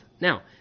Now